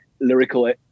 lyrical